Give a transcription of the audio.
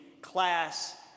class